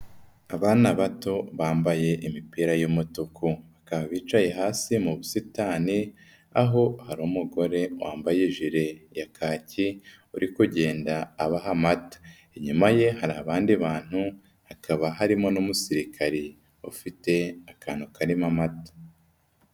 Abana bato bambaye imipira y'umutuku bakaba bicaye hasi mu busitani, aho hari umugore wambaye ijire ya kaki uri kugenda abaha amata, inyuma ye hari abandi bantu hakaba harimo n'umusirikari ufite akantu karimo amata.